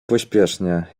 pośpiesznie